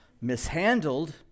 mishandled